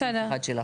מי בעד?